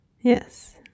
Yes